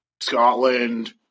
Scotland